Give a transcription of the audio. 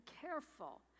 careful